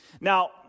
Now